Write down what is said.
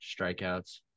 strikeouts